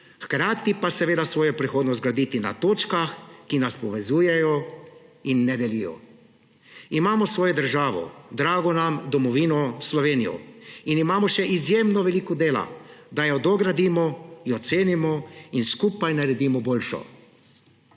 hkrati pa svojo prihodnost graditi na točkah, ki nas povezujejo in ne delijo. Imamo svojo državo, drago nam domovino Slovenijo; in imamo še izjemno veliko dela, da jo dogradimo, jo cenimo in skupaj naredimo boljšo.